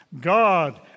God